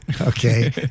Okay